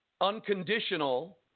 unconditional